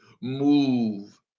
move